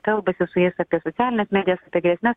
kalbasi su jais apie socialines medijas apie grėsmes